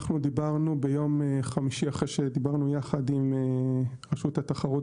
אנחנו דיברנו ביום חמישי אחרי שדיברנו יחד עם רשות התחרות